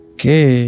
Okay